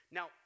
Now